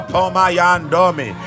Pomayandomi